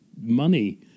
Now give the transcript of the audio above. money